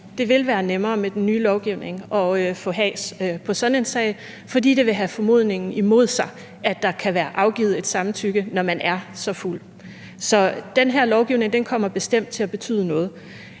det vil være nemmere med den nye lovgivning at få has på sådan en sag, fordi det vil have formodningen imod sig, at der kan være afgivet et samtykke, når man er så fuld. Så den her lovgivning kommer bestemt til at betyde noget.